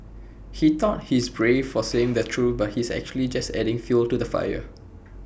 he thought he's brave for saying the truth but he's actually just adding fuel to the fire